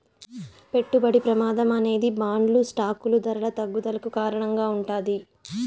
పెట్టుబడి ప్రమాదం అనేది బాండ్లు స్టాకులు ధరల తగ్గుదలకు కారణంగా ఉంటాది